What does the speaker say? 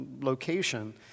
location